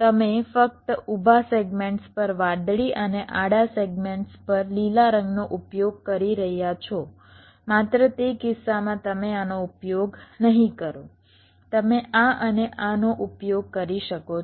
તમે ફક્ત ઊભા સેગમેન્ટ્સ પર વાદળી અને આડા સેગમેન્ટ્સ પર લીલા રંગનો ઉપયોગ કરી રહ્યા છો માત્ર તે કિસ્સામાં તમે આનો ઉપયોગ નહીં કરો તમે આ અને આનો ઉપયોગ કરી શકો છો